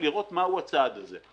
לראות מהו הצעד הזה.